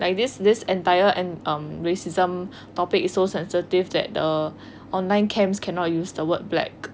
like this this entire en~ um racism topic is so sensitive that the online camps cannot use the word black